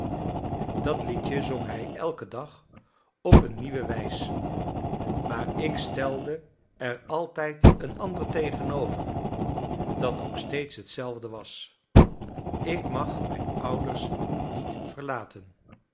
dat liedje zong hij elken dag op eene nieuwe wijs maar ik stelde er altijd een ander tegenover dat ook steeds hetzelfde was ik mag mijn ouders niet verlaten